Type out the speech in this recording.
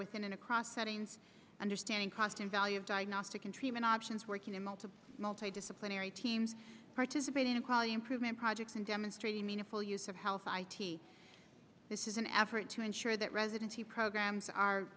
within an across settings understanding cost and value of diagnostic and treatment options working in multiple multi disciplinary teams participate in a quality improvement project and demonstrating meaningful use of health i t this is an effort to ensure that residency programs are